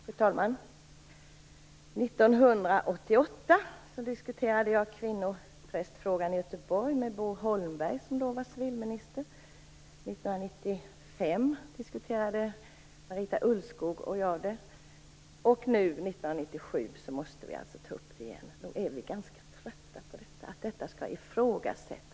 Fru talman! 1988 diskuterade jag kvinnoprästfrågan i Göteborg med Bo Holmberg, som då var civilminister. 1995 diskuterade Marita Ulvskog och jag den frågan. Och nu, 1997, måste vi alltså ta upp frågan igen. Nog är vi väl ganska trötta på att detta ifrågasätts.